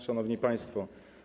Szanowni Państwo!